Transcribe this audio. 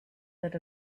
that